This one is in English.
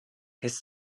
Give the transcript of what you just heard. his